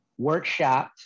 workshopped